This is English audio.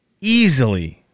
easily